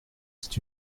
c’est